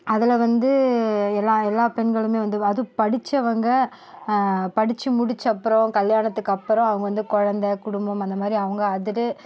அதில் வந்து எல்லா எல்லா பெண்களுமே வந்து அதுவும் படித்தவங்க படித்து முடித்த அப்புறம் கல்யாணத்துக்கு அப்புறம் அவங்க வந்து குழந்த குடும்பம் அந்த மாதிரி அவங்க அதில்